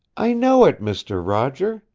i know it, mister roger,